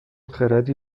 خردی